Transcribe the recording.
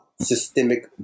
systemic